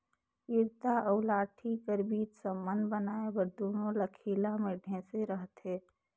इरता अउ लाठी कर बीच संबंध बनाए बर दूनो ल खीला मे ठेसे रहथे